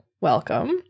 Welcome